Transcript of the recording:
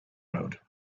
road